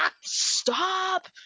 stop